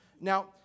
Now